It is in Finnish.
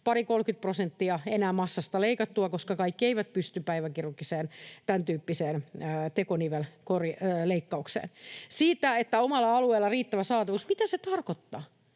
pari—kolmekymmentä prosenttia massasta leikattua, koska kaikki eivät pysty tämäntyyppiseen päiväkirurgiseen tekonivelleikkaukseen. Mitä se, että omalla alueella on riittävä saatavuus, tarkoittaa?